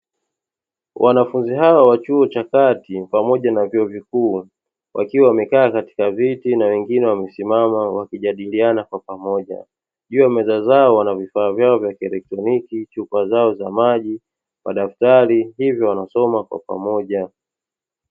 Wanafunzi hawa wa chuo cha kati pamoja na vyuo vikuu wakiwa wamekaa katika viti na wengine wamesimama wakijadiliana kwa pamoja; juu ya meza zao wana vifaa vyao vya kieletroniki, chupa zao za maji, madaftari; hivyo wanasoma kwa pamoja.